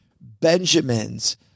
Benjamins